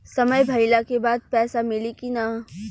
समय भइला के बाद पैसा मिली कि ना?